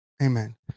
amen